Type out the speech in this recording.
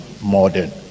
modern